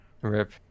Rip